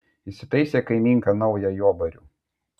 įsitaisė kaimynka naują jobarių